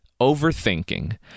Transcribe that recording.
overthinking